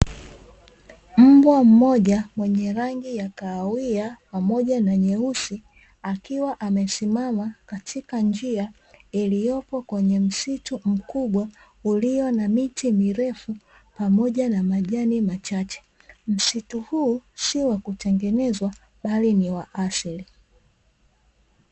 Mbwa mmoja mwenye rangi ya kahawia pamoja na nyeusi akiwa amesimama katika njia ilyopo kwenye msitu mkubwa, ulio na miti mirefu pamoja na majani machache. Msitu huu si wakutengenezwa bali ni wa asili.